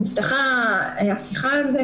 נפתחה השיחה על זה,